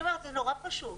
זה נורא פשוט.